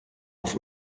auf